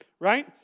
right